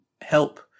help